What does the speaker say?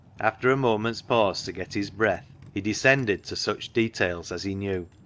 after a moment's pause to get his breath, he descended to such details as he knew.